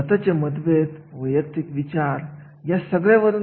हे सगळे मुद्दे विचारात घेणे गरजेचे आहे